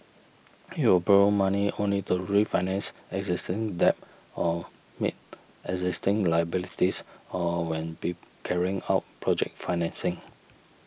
it will borrow money only to refinance existing debt or meet existing liabilities or when pee carrying out project financing